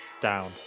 down